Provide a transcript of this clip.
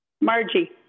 Margie